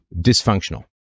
dysfunctional